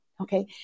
Okay